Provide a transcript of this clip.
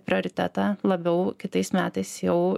prioritetą labiau kitais metais jau